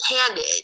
handed